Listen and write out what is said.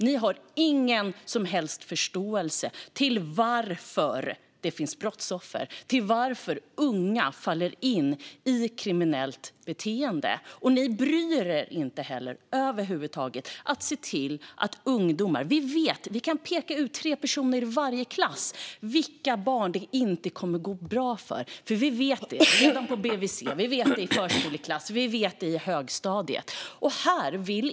Ni har ingen som helst förståelse för varför unga faller in i kriminellt beteende, och ni bryr er inte heller. Det går att peka ut tre barn i varje klass som det inte kommer att gå bra för, för det ser vi redan på BVC, i förskoleklass och senare på högstadiet.